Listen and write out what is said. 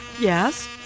Yes